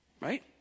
Right